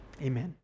Amen